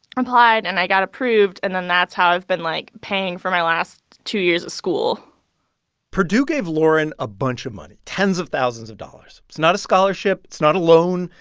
applied, and i got approved. and then that's how i've been, like, paying for my last two years of school purdue gave lauren a bunch of money tens of thousands of dollars. it's not a scholarship. it's not a loan.